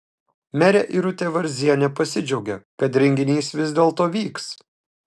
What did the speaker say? merė irutė varzienė pasidžiaugė kad renginys vis dėlto vyks